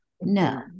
no